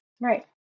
Right